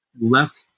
left